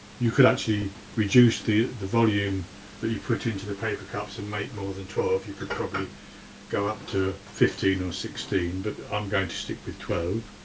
you could actually reduce the the volume that you put into the paper cups and make more than twelve, you could probably go up to fifteen or sixteen, but i'm going to stick with twelve.